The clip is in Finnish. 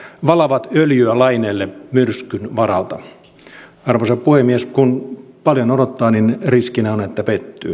valavat öljyä laineille myrskyn varalta arvoisa puhemies kun paljon odottaa niin riskinä on että pettyy